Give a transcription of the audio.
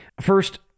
First